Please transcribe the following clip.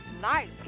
nice